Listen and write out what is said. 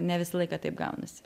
ne visą laiką taip gaunasi